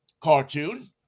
cartoon